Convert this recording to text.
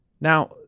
Now